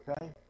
Okay